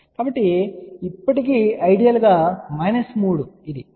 కాబట్టి కానీ ఇప్పటికీ ఐడియల్ గా 3 ఇది 3